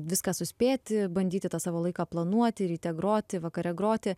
viską suspėti bandyti tą savo laiką planuoti ryte groti vakare groti